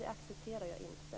Det accepterar jag inte.